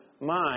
mind